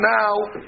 now